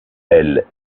elle